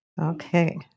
Okay